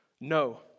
No